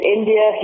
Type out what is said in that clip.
India